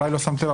אולי לא שמת לב,